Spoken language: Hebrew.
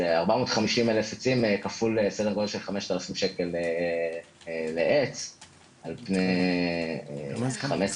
450 אלף עצים כפול סדר גודל 5,000 שקל לעץ על פני 15,